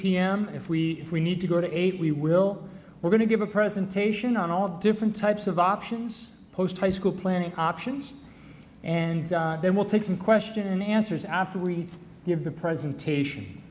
m if we if we need to go to eight we will we're going to give a presentation on all different types of options post high school planning options and then we'll take some question answers after we hear the presentation